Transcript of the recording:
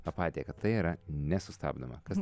apatija kad tai yra nesustabdoma kas